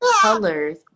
Colors